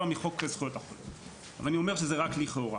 מחוק זכויות החולה"; ואני אומר שזה רק לכאורה.